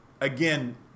again